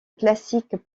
classiques